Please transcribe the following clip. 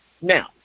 Now